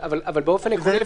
אבל באופן עקרוני,